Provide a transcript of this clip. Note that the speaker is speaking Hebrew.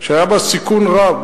שהיה בה סיכון רב.